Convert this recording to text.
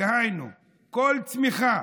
דהיינו כל צמיחה